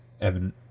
Evan